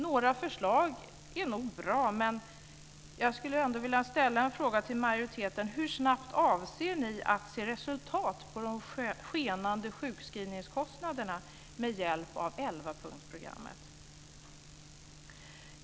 Några förslag är nog bra, men jag skulle ändå vilja fråga majoriteten: Hur snabbt avser ni att se resultat på de skenande sjukskrivningskostnaderna med hjälp av elvapunktsprogrammet?